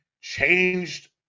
changed